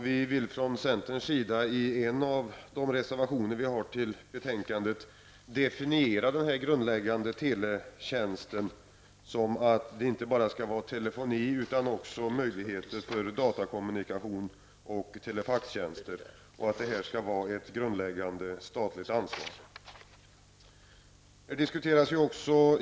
Vi i centern definierar i en våra reservationer den grundläggande teletjänsten på ett sådant sätt att det inte skall vara fråga om bara telefoni utan att det också skall finnas möjlighet till datakommunikation och telefaxtjänster och att detta skall vara ett grundläggande statligt ansvar.